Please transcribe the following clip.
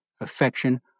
affection